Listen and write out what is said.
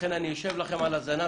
לכן אני אשב לכם על הזנב,